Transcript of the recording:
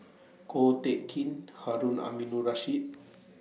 Ko Teck Kin Harun Aminurrashid